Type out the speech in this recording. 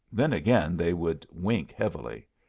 then again they would wink heavily.